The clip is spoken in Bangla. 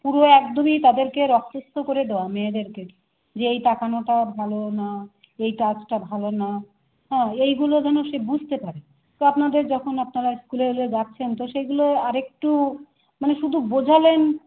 পুরো একদমই তাদেরকে রক্তস্থ করে দেওয়া মেয়েদেরকে যে এই তাকানোটা ভালো না এই টাচটা ভালো না হ্যাঁ এইগুলো যেন সে বুঝতে পারে তো আপনাদের যখন আপনারা স্কুলে এলে যাচ্ছেন তো সেইগুলো আর একটু মানে শুধু বোঝালেন